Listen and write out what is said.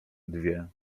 dwie